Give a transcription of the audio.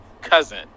cousin